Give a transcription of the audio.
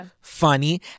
funny